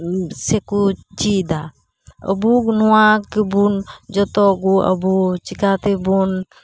ᱥᱮᱠᱚ ᱪᱮᱫᱟ ᱟᱵᱚ ᱱᱚᱣᱟ ᱜᱮᱵᱚᱱ ᱡᱚᱛᱚᱵᱩ ᱟᱵᱩ ᱪᱤᱠᱟᱹᱛᱮᱵᱚᱱ